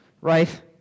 right